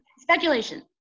Speculation